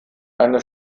eine